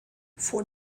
vor